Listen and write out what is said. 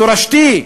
תורשתית,